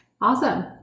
Awesome